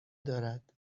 دارد